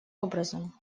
образом